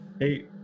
Hey